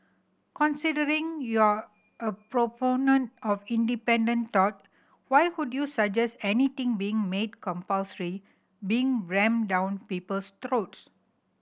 considering you're a proponent of independent thought why would you suggest anything being made compulsory being rammed down people's throats